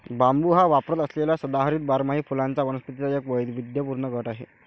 बांबू हा वापरात असलेल्या सदाहरित बारमाही फुलांच्या वनस्पतींचा एक वैविध्यपूर्ण गट आहे